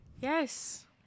Yes